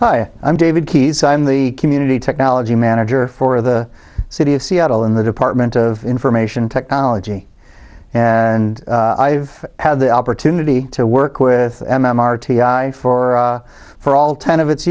hi i'm david keyes i'm the community technology manager for the city of seattle in the department of information technology and i've had the opportunity to work with m m r t i for for all ten of its